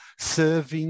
serving